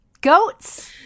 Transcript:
goats